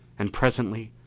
and presently,